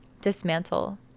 Dismantle